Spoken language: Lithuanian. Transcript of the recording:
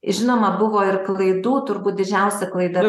žinoma buvo ir klaidų turbūt didžiausia klaida